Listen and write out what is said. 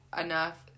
enough